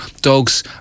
dogs